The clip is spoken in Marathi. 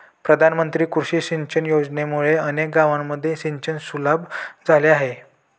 प्रधानमंत्री कृषी सिंचन योजनेमुळे अनेक गावांमध्ये सिंचन सुलभ झाले आहे